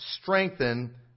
strengthen